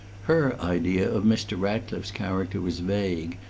her idea of mr. ratcliffe's character was vague,